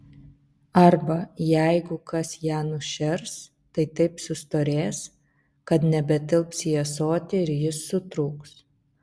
arba jeigu kas ją nušers tai taip sustorės kad nebetilps į ąsotį ir jis sutrūks